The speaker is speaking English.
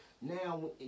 Now